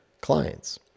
clients